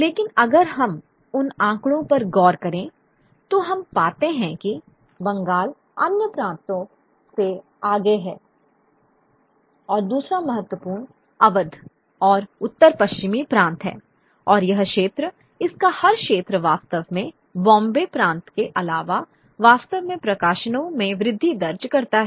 लेकिन अगर हम उन आंकड़ों पर गौर करें तो हम पाते हैं कि बंगाल अन्य प्रांतों से आगे है और दूसरा महत्वपूर्ण अवध और उत्तर पश्चिमी प्रांत है और यह क्षेत्र इसका हर क्षेत्र वास्तव में बॉम्बे प्रांत के अलावा वास्तव में प्रकाशनों में वृद्धि दर्ज करता है